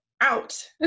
out